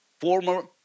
former